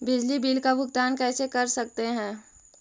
बिजली बिल का भुगतान कैसे कर सकते है?